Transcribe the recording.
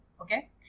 Okay